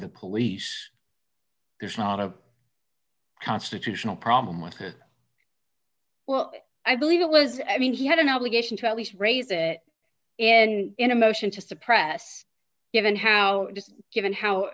the police there's not a constitutional problem with well i believe it was mean he had an obligation to at least raise it and in a motion to suppress given how just given how